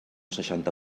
seixanta